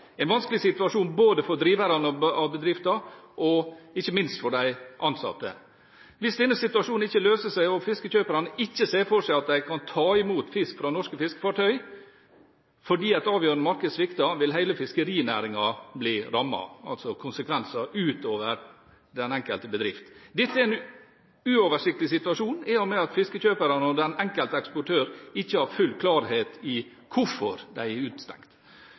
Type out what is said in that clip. en vanskelig situasjon både for driverne av bedriften og ikke minst for de ansatte. Hvis denne situasjonen ikke løser seg og fiskekjøperne ikke ser for seg at de kan ta imot fisk fra norske fiskefartøy fordi et avgjørende marked svikter, vil hele fiskerinæringen bli rammet, altså få konsekvenser ut over den enkelte bedrift. Dette er en uoversiktlig situasjon i og med at fiskekjøperne og den enkelte eksportør ikke har full klarhet i hvorfor de er utestengt.